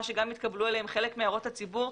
שגם התקבלו עליהן חלק מהערות הציבור,